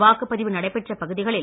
வாக்குப் பதிவு நடைபெற்ற பகுதிகளில்